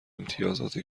امتیازات